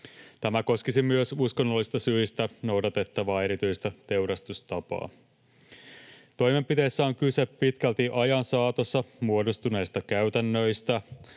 Tämä koskisi myös uskonnollisista syistä noudatettavaa erityistä teurastustapaa. Toimenpiteissä on kyse pitkälti ajan saatossa muodostuneista käytännöistä,